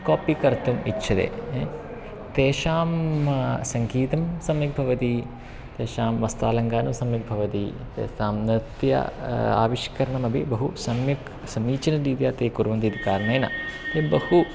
कापि कर्तुम् इच्छति तेषां सङ्गीतं सम्यक् भवति तेषां वस्त्रालङ्कारः सम्यक् भवति तेषां नृत्यं आविष्करणमपि बहु सम्यक् समीचीनरीत्या ते कुर्वन्ति इति कारणेन तत् बहु